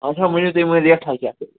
اَچھا ؤنِو تُہۍ ؤنِو ریٹھاہ کیٛاہ کٔرِو